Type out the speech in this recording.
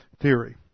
theory